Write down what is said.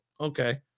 okay